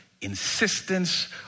insistence